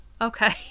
okay